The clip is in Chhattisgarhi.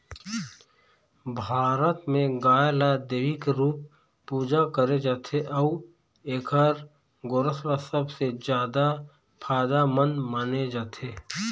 भारत म गाय ल देवी के रूप पूजा करे जाथे अउ एखर गोरस ल सबले जादा फायदामंद माने जाथे